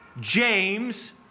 James